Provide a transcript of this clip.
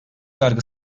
yargı